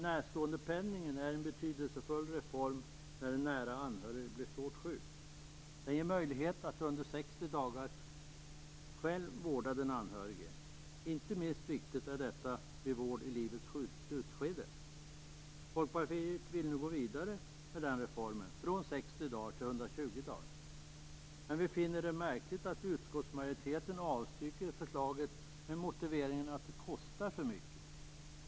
Närståendepenningen är en betydelsefull reform när en nära anhörig blir svårt sjuk. Den ger möjlighet att under 60 dagar själv vårda den anhörige. Inte minst viktigt är detta vid vård i livets slutskede. Vi i Folkpartiet vill nu gå vidare med reformen - från 60 till 120 dagar. Vi finner det märkligt att utskottsmajoriteten avstyrker förslaget med motiveringen att det kostar för mycket.